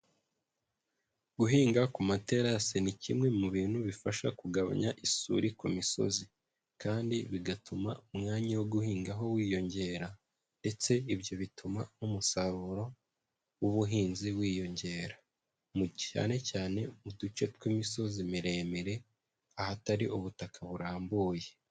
Guhinga ku materase ni kimwe mu bintu bifasha kugabanya isuri ku misozi kandi bigatuma umwanya wo guhingaho wiyongera ndetse, ibyo bituma n'umusaruro w'ubuhinzi wiyongera, cyane cyane mu duce tw'imisozi miremire, ahatari ubutaka burambuye.